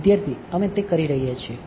વિદ્યાર્થી અમે તે કરી રહ્યા છીએ